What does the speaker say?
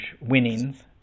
winnings